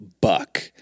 buck